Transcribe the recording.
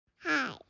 Hi